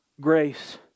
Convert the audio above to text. grace